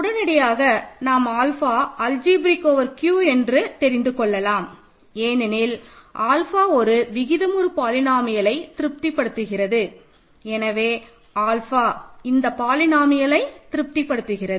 உடனடியாக நாம் alpha algebraic over Q என்று தெரிந்துகொள்ளலாம் ஏனெனில் ஆல்ஃபா ஒரு விகிதமுறு பாலினோமியல்லை திருப்தி படுத்துகிறது எனவே ஆல்ஃபா இந்த பாலினோமியல்லை திருப்தி படுத்துகிறது